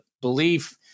belief